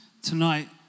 tonight